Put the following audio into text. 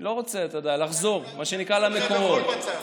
לא רוצה, אתה יודע, לחזור, מה שנקרא, למקורות.